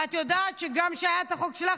ואת יודעת שגם כשהיה את החוק שלך,